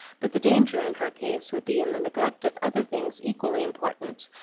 but the danger in her case would be in the neglect of other things equally important,